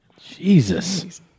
Jesus